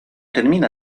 termina